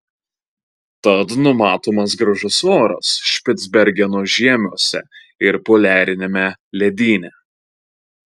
tad numatomas gražus oras špicbergeno žiemiuose ir poliariniame ledyne